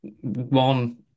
one